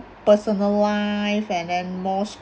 personal life and then most